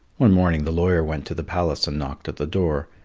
one morning the lawyer went to the palace and knocked at the door.